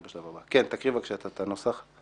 כן, תקריא בבקשה את הנוסח.